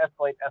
escalate